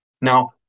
now